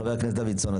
חבר הכנסת דוידסון,